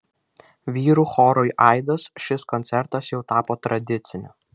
vyrų chorui aidas šis koncertas jau tapo tradiciniu